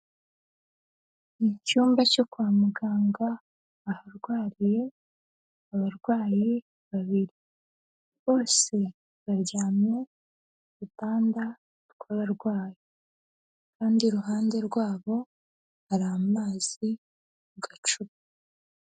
Icyumba cyo kwa muganga aharwariye abarwayi babiri, bose baryamye ku gitanda cy'abarwayi kandi iruhande rwabo hari amazi mu gacupa.